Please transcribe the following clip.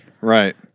Right